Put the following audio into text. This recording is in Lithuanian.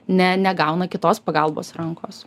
ne negauna kitos pagalbos rankos